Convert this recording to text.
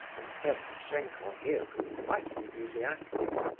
and ferdishenko here grew quite enthusiastic,